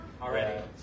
already